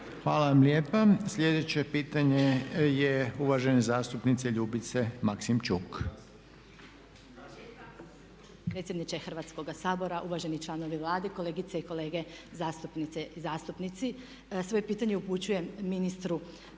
Hvala vam lijepa. Sljedeće pitanje je uvažene zastupnice Ljubica Maksimčuk.